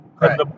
Right